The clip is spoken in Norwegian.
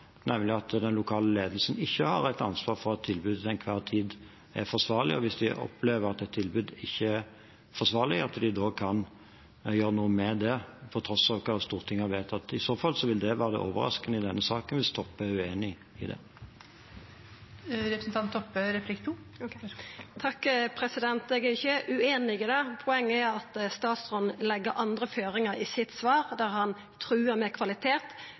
nemlig at den lokale ledelsen ikke har et ansvar for at tilbudet til enhver tid er forsvarlig, og at de, hvis de opplever at et tilbud ikke er forsvarlig, da kan gjøre noe med det, på tross av hva Stortinget har vedtatt. I så fall vil det være overraskende i denne saken hvis Toppe er uenig i det. Eg er ikkje ueinig i det. Poenget er at statsråden legg andre føringar i svaret sitt, der han truar med kvalitet.